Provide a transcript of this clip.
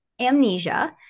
amnesia